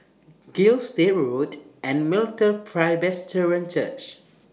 Gilstead Road and Presbyterian Church